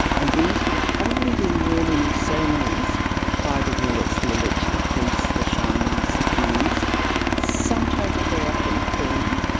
and these would have probably been worn in ceremonies by the rulers, the elite, the priests, the shamans, the kings, and sometimes, not very often, queens.